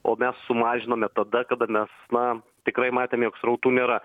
o mes sumažinome tada kada mes na tikrai matėme jog srautų nėra